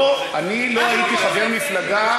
לא, אני לא הייתי חבר מפלגה.